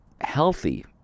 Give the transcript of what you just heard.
healthy